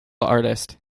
artist